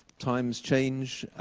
times change.